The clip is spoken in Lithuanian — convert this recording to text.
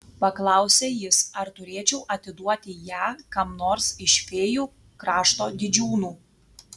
paklausė jis ar turėčiau atiduoti ją kam nors iš fėjų krašto didžiūnų